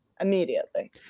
Immediately